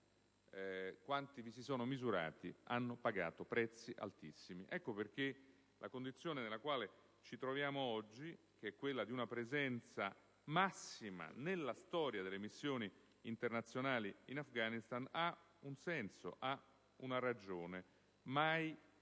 campo, vi si è misurato ha pagato prezzi altissimi. Ecco perché la condizione nella quale ci troviamo oggi, che è quella di una presenza massima nella storia delle missioni internazionali in Afghanistan, ha un senso, una ragione. Mai